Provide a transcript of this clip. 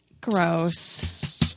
gross